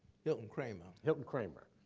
hilton kramer. hilton kramer.